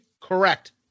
Correct